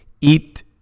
Eat